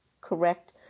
correct